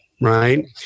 right